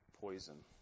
poison